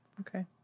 Okay